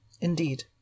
Indeed